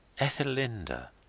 Ethelinda